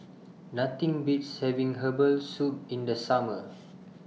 Nothing Beats having Herbal Soup in The Summer